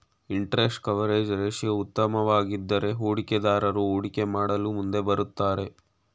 interest coverage ratio ಉತ್ತಮವಾಗಿದ್ದರೆ ಹೂಡಿಕೆದಾರರು ಹೂಡಿಕೆ ಮಾಡಲು ಮುಂದೆ ಬರುತ್ತಾರೆ